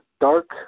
dark